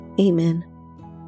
Amen